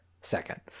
second